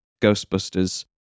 Ghostbusters